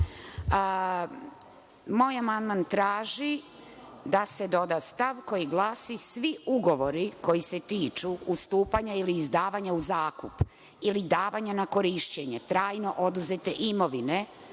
Moj amandman traži da se doda stav koji glasi – svi ugovori koji se tiču ustupanja ili izdavanja u zakup, ili davanja na korišćenje trajno oduzete imovine,